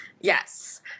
Yes